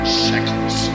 shekels